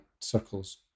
circles